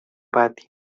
pati